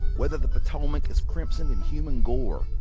whether the potomac is crimsoned in human gore,